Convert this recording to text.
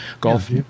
Golf